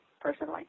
personally